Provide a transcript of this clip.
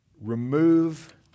Remove